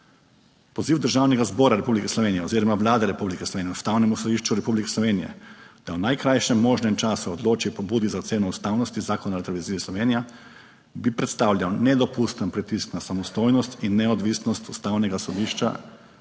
Poziv Državnega zbora Republike Slovenije oziroma Vlada Republike Slovenije Ustavnemu sodišču Republike Slovenije, da v najkrajšem možnem času odloči o Pobudi za oceno ustavnosti Zakona Radioteleviziji Slovenija, bi predstavljal nedopusten pritisk na samostojnost in neodvisnost Ustavnega sodišča